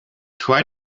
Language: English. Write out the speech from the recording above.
try